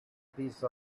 piece